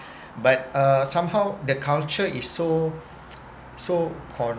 but uh somehow the culture is so so